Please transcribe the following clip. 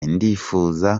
ndifuza